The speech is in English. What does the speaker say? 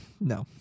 No